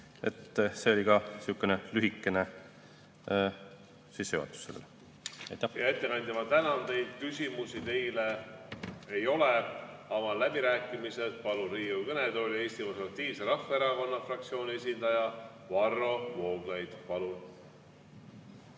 See oli ka lühikene sissejuhatus